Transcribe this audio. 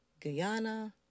Guyana